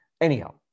Anyhow